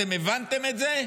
אתם הבנתם את זה?